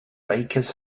bakers